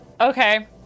Okay